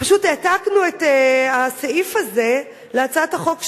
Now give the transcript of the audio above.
פשוט העתקנו את הסעיף הזה להצעת החוק שלי.